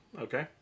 Okay